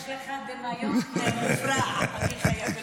יש לך דמיון מופרע, אני חייבת להגיד.